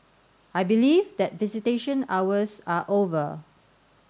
I believe that visitation hours are over